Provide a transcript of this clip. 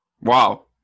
Wow